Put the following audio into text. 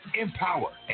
empower